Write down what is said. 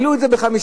העלו את זה ב-5.5%.